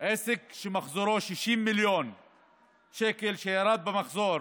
עסק שמחזורו 60 מיליון שקל שירד במחזור